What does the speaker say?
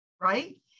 Right